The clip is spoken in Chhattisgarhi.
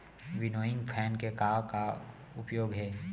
विनोइंग फैन के का का उपयोग हे?